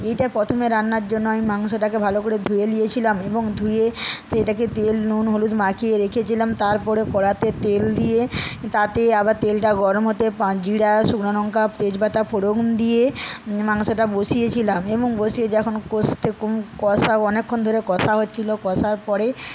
এইটা প্রথমে রান্নার জন্য আমি মাংসটাকে ভালো করে ধুয়ে লিয়েছিলাম এবং ধুয়ে সেটাকে তেল নুন হলুদ মাখিয়ে রেখেছিলাম তারপরে কড়াইতে তেল দিয়ে তাতে আবার তেলটা গরম হতে পাঁচ জিরা শুকনা লঙ্কা তেজপাতা ফোড়ন দিয়ে মাংসটা বসিয়েছিলাম এবং বসিয়ে যখন কোষতে কষাও অনেকক্ষণ ধরে কষা হচ্ছিল কষার পরে